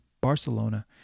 barcelona